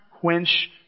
quench